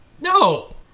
No